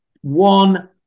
one